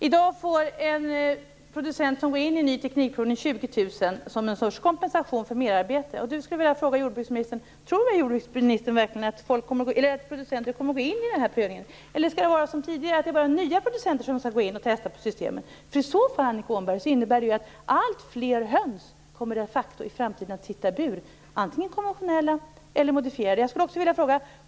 I dag får en producent som går in i provning av ny teknik 20 000 kr som en sorts kompensation för merarbete. Tror jordbruksministern verkligen att producenterna går in på den här provningen? Eller skall det vara som tidigare, dvs. att bara nya producenter som skall testa systemen? Om det är så, Annika Åhnberg, kommer de facto alltfler höns i framtiden att sitta i bur - antingen i en konventionell bur eller också i en modifierad bur.